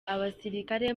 abasirikare